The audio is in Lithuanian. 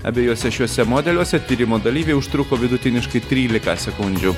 abiejuose šiuose modeliuose tyrimo dalyviai užtruko vidutiniškai trylika sekundžių